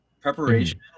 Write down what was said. Preparation